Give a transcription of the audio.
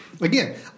Again